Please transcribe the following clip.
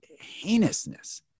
heinousness